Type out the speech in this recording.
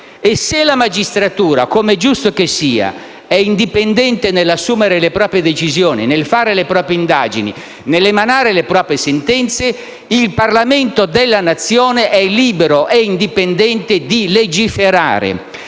E se la magistratura, com'è giusto che sia, è indipendente nell'assumere le proprie decisioni, nel fare le proprie indagini e nell'emanare le proprie sentenze, il Parlamento della Nazione è libero e indipendente di legiferare,